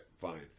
fine